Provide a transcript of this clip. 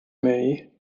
معي